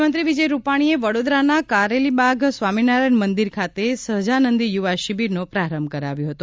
મુખ્યમંત્રી વિજય રૂપાણીએ વડોદરાના કારેલીબાગ સ્વામિનારાયણ મંદિર ખાતે સહજાનંદી યુવા શિબિરનો પ્રારંભ કરાવ્યો હતો